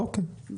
אוקיי.